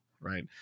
right